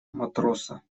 матроса